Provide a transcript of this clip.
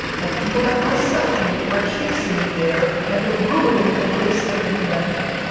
and people that wanna sell to you, are chasing you there and they're ruining the place that you went to.